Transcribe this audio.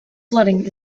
flooding